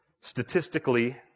Statistically